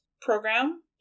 program